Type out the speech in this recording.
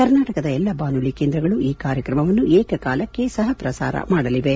ಕರ್ನಾಟಕದ ಎಲ್ಲ ಬಾನುಲಿ ಕೇಂದ್ರಗಳು ಈ ಕಾರ್ಯಕ್ರಮವನ್ನು ಏಕಕಾಲಕ್ಷೆ ಸಹ ಪ್ರಸಾರ ಮಾಡಲಿವೆ